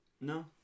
no